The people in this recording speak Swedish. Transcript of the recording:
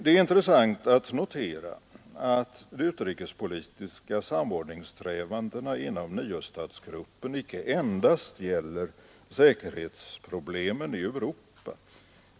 Det är intressant att notera att de utrikespolitiska samordningssträvan Nr 49 dena inom niostatsgruppen inte endast gäller säkerhetsproblemen i Onsdagen den Europa.